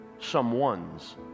Someone's